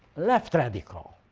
left radical.